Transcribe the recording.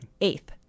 Eighth